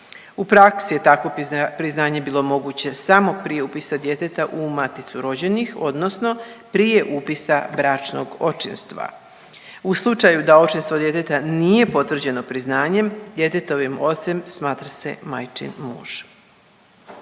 U praksi je takvo priznanje bilo moguće samo pri upisu djeteta u Maticu rođenih, odnosno prije upisa bračnog očinstva. U slučaju da očinstvo djeteta nije potvrđeno priznanjem djetetovim ocem smatra se majčin muž.